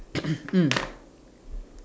mm